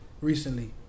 Recently